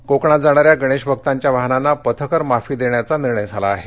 पथकर माफी कोकणात जाणाऱ्या गणेशभकांच्या वाहनांना पथकर माफी देण्याचा निर्णय झाला आहे